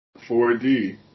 4D